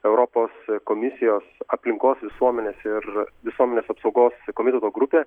europos komisijos aplinkos visuomenės ir visuomenės apsaugos komiteto grupė